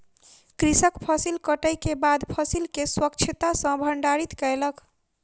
कृषक फसिल कटै के बाद फसिल के स्वच्छता सॅ भंडारित कयलक